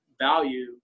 value